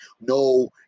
no